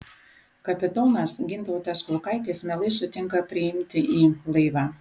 kapitonas gintautas kiulkaitis mielai sutinka priimti į laivą